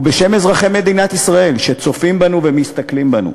בשם אזרחי מדינת ישראל שצופים בנו ומסתכלים בנו,